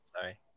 sorry